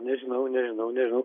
nežinau nežinau nežinau